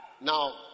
Now